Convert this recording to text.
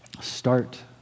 start